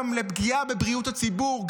גם לפגיעה בבריאות הציבור,